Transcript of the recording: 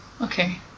Okay